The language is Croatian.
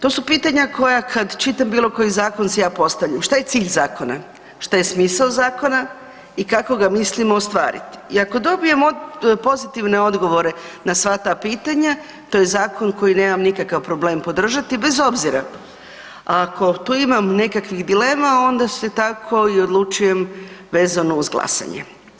To su pitanja koja kad čitam bilo koji zakon si ja postavljam, šta je cilj zakona, šta je smisao zakona i kako ga mislimo ostvariti i ako dobijem pozitivne odgovore na sva ta pitanja, to je zakon kojeg nemam nikakav problem podržati, bez obzira, A ako tu imam nekih dilema onda se tako i odlučujem vezano uz glasanje.